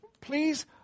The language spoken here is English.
please